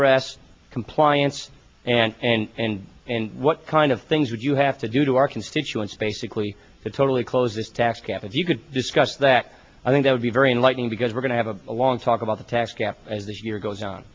s compliance and and and and what kind of things would you have to do to our constituents basically totally close this tax gap if you could discuss that i think it would be very enlightening because we're going to have a long talk about the tax gap as this year goes o